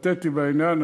התבטאתי בעניין,